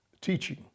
teaching